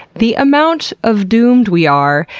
the amount of doomed we are,